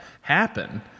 happen